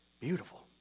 beautiful